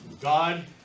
God